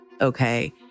okay